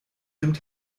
nimmt